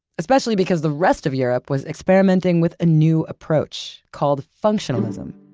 especially because the rest of europe was experimenting with a new approach called functionalism.